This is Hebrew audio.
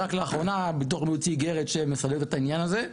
רק לאחרונה ביטוח לאומי הוציא איגרת שמסדרת את העניין הזה.